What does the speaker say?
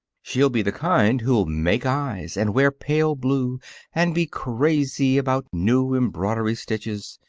she'll be the kind who'll make eyes and wear pale blue and be crazy about new embroidery-stitches.